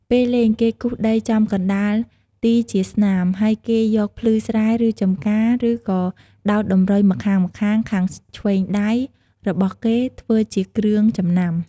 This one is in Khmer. ពេលលេង គេគូសដីចំកណ្តាលទីជាស្នាម ហើយគេយកភ្លឺស្រែ ឬចម្ការ ឬក៏ដោតតម្រុយម្ខាងៗ ខាងឆ្វេងដៃរបស់គេធ្វើជាគ្រឿងចំណាំ។